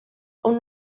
ond